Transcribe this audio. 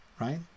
Right